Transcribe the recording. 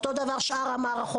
אותו דבר לגבי שאר המערכות.